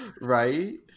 Right